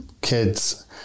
kids